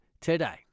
today